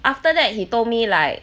after that he told me like